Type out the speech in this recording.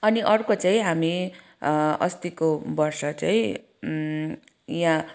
अनि अर्को चाहिँ हामी अस्तिको वर्ष चाहिँ यहाँ